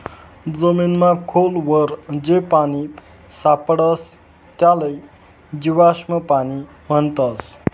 जमीनमा खोल वर जे पानी सापडस त्याले जीवाश्म पाणी म्हणतस